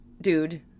dude